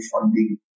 funding